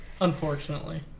Unfortunately